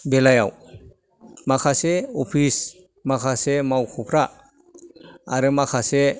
बेलायाव माखासे अफिस माखासे मावख'फ्रा आरो माखासे